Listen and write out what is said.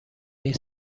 این